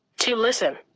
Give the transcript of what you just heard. to listen.